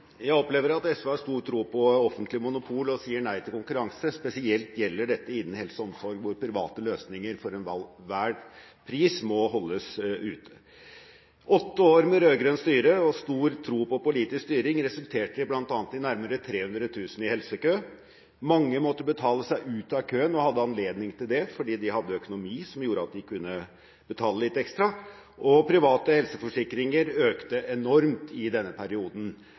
Jeg opplever at SV har stor tro på offentlig monopol og sier nei til konkurranse, spesielt gjelder dette innen helse og omsorg, hvor private løsninger for enhver pris må holdes ute. Åtte år med rød-grønt styre og stor tro på politisk styring resulterte bl.a. i nærmere 300 000 i helsekø. Mange måtte betale seg ut av køen og hadde anledning til det fordi de hadde økonomi som gjorde at de kunne betale litt ekstra, og private helseforsikringer økte enormt i denne perioden.